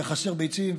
יהיה מחסור בביצים,